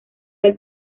del